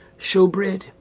showbread